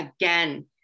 again